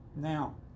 Now